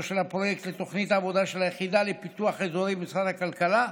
של הפרויקט לתוכנית העבודה של היחידה לפיתוח אזורי מסחר וכלכלה,